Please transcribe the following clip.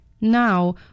Now